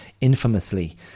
infamously